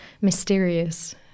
mysterious